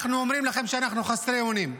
אנחנו אומרים לכם שאנחנו חסרי אונים.